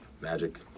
Magic